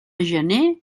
gener